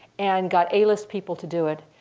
and got a-list people to do it.